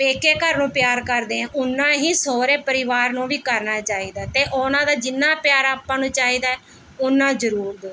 ਪੇਕੇ ਘਰ ਨੂੰ ਪਿਆਰ ਕਰਦੇ ਹਾਂ ਉਨ੍ਹਾਂ ਹੀ ਸੋਹਰੇ ਪਰਿਵਾਰ ਨੂੰ ਵੀ ਕਰਨਾ ਚਾਹੀਦਾ ਅਤੇ ਉਹਨਾਂ ਦਾ ਜਿੰਨਾਂ ਪਿਆਰ ਆਪਾਂ ਨੂੰ ਚਾਹੀਦਾ ਏ ਉਹਨਾਂ ਜ਼ਰੂਰ ਦਿਉ